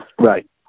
right